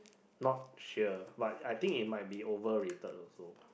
not sure but I think it might be overrated also